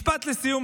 משפט לסיום.